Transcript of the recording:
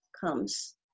comes